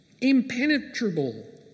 impenetrable